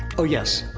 oh yes.